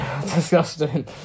Disgusting